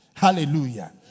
Hallelujah